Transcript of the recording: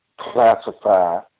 classify